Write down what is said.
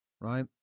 right